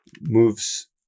moves